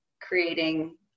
creating